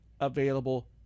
available